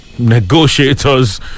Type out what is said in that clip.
negotiators